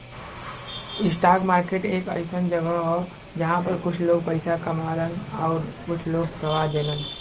stock market एक अइसन जगह हौ जहां पर कुछ लोग पइसा कमालन आउर कुछ लोग गवा देलन